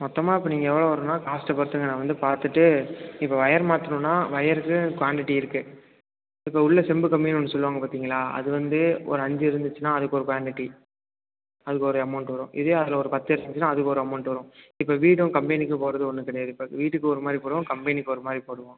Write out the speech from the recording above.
மொத்தமாக இப்போ நீங்கள் எவ்வளோ வருன்னால் காஸ்டை பொறுத்துங்க நான் வந்து பார்த்துட்டு இப்போ ஒயர் மாற்றணுன்னா ஒயருக்கு குவான்டிட்டி இருக்குது இப்போ உள்ள செம்பு கம்பின்னு ஒன்று சொல்வாங்க பார்த்தீங்களா அது வந்து ஒரு அஞ்சு இருந்துச்சுனால் அதுக்கு ஒரு குவான்டிட்டி அதுக்கு ஒரு அமௌண்ட்டு வரும் இதே அதில் ஒரு பத்து இருந்துச்சுன்னால் அதுக்கு ஒரு அமௌண்ட்டு வரும் இப்போ வீடும் கம்பெனிக்கும் போடுறது ஒன்று கிடையாது இப்போ வீட்டுக்கு ஒரு மாதிரி போடுவோம் கம்பெனிக்கு ஒரு மாதிரி போடுவோம்